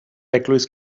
eglwys